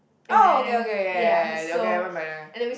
oh okay okay ya ya ya ya ya okay I remember yeah